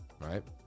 right